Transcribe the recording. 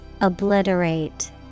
Obliterate